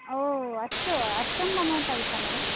ಹೋ ಅಷ್ಟು ಅಷ್ಟೊಂದು ಅಮೌಂಟ್ ಆಗುತ್ತಾ ಮೇಡಮ್